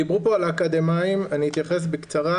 דיברו פה על אקדמאים, אני אתייחס בקצרה.